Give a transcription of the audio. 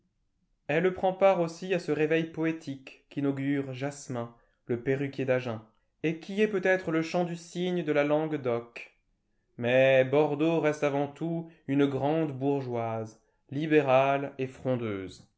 elle prend part aussi à ce réveil poétique qu'inaugure jasmin le perruquier d'agen et qui est peut-être léchant du cygne de la langue d'oc mais bordeaux reste avant tout une grande bourgeoise libérale et frondeuse